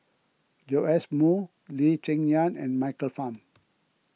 Joash Moo Lee Cheng Yan and Michael Fam